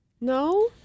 no